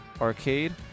Arcade